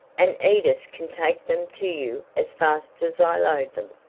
and edith can take them to you as fast as i load them.